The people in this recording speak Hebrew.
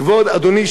כבוד אדוני,